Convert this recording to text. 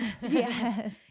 Yes